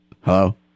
Hello